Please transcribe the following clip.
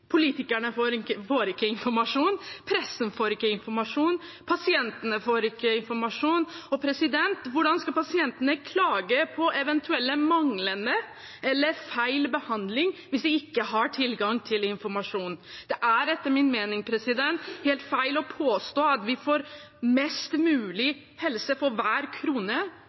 Politikerne får ikke informasjon, pressen får ikke informasjon, pasientene får ikke informasjon, og hvordan skal pasientene kunne klage på eventuell manglende eller feil behandling hvis de ikke har tilgang til informasjon? Det er etter min mening helt feil å påstå at vi får «mest mulig helse for hver krone»